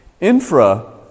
infra